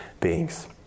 beings